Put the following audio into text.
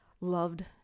loved